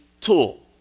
tool